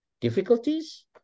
difficulties